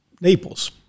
Naples